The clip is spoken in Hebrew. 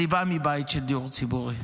אני בא מבית של דיור ציבורי.